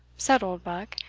said oldbuck,